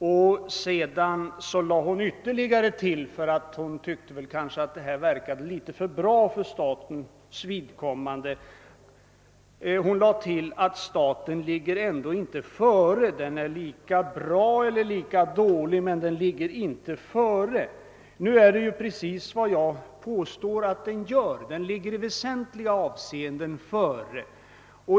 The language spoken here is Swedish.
Och fru Nettelbrandt tilllade också — hon tyckte kanske att detta verkade litet för bra för statens vidkommande — att staten ändå inte ligger före den privata företagsamheten; den är lika bra eller lika dålig. Men det är precis vad jag påstår att den gör: staten ligger i väsentliga avseenden före.